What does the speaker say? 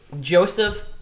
Joseph